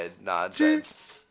nonsense